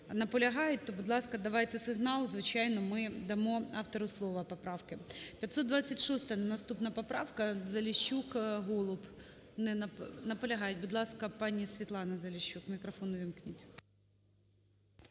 наполягають, то, будь ласка, давайте сигнал. Звичайно, ми дамо автору слово поправки. 526-а наступна поправка, Заліщук, Голуб. Не… Наполягають. Будь ласка, пані Світлана Заліщук. Мікрофон увімкніть.